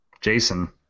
Jason